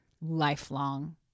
lifelong